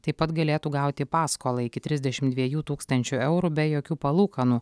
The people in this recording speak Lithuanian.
taip pat galėtų gauti paskolą iki trisdešimt dviejų tūkstančių eurų be jokių palūkanų